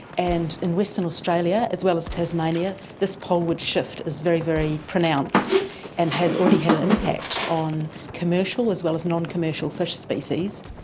and in western australia as well as tasmania this poleward shift is very, very pronounced and has already had an impact on commercial as well as non-commercial fish species.